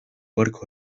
barco